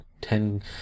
ten